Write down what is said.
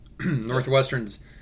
Northwestern's